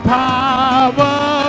power